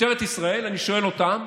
משטרת ישראל, אני שואל אותם: